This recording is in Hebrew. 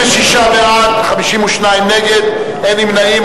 26 בעד, 52 נגד, אין נמנעים.